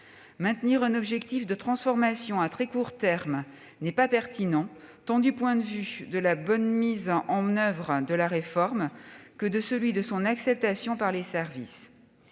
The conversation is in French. Maintenir un objectif de transformation à très court terme n'est pas pertinent, tant du point de vue de la bonne mise en oeuvre de la réforme que de celui de son acceptation par les services.